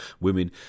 women